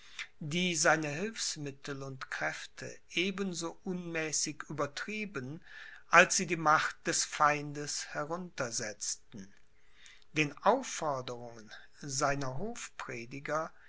die seine hilfsmittel und kräfte eben so unmäßig übertrieben als sie die macht des feindes heruntersetzten den aufforderungen seiner